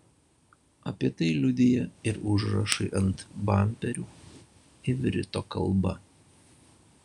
apie tai liudija ir užrašai ant bamperių ivrito kalba